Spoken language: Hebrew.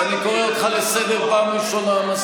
אני קורא אותך לסדר בפעם הראשונה.